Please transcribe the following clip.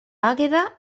àgueda